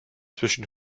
zwischen